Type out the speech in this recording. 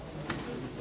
Hvala